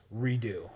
redo